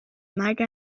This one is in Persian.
مرگ